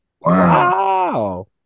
Wow